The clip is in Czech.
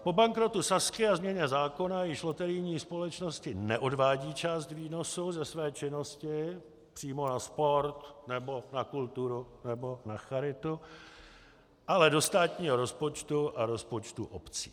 Po bankrotu Sazky a změně zákona již loterijní společnosti neodvádí část výnosu ze své činnosti přímo na sport nebo na kulturu nebo na charitu, ale do státního rozpočtu a rozpočtu obcí.